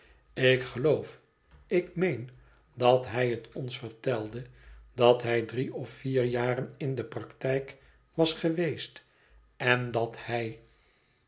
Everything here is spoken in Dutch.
ik geloof ik meen dat hij het ons vertelde dat hij drie of vier jaren in de praktijk was geweest en dat hij